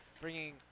bringing